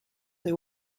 they